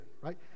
right